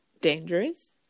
dangerous